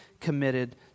committed